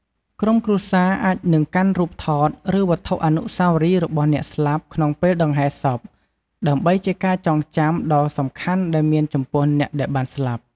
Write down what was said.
ក្រុមគ្រួសារអាចនឹងកាន់រូបថត ឬវត្ថុអនុស្សាវរីយ៍របស់អ្នកស្លាប់ ក្នុងពេលដង្ហែសព ដើម្បីជាការចងចាំដ៏សំខាន់ដែលមានចំពោះអ្នកដែលបានស្លាប់។